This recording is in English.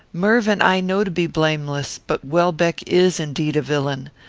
mervyn i know to be blameless but welbeck is indeed a villain.